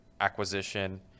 acquisition